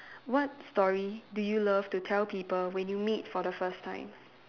what story do you love to tell people when you meet for the first time